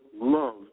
love